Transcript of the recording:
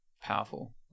powerful